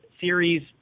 series